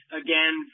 again